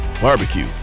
barbecue